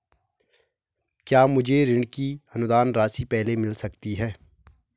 क्या मुझे ऋण की अनुदान राशि पहले मिल सकती है?